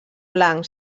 blanc